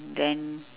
then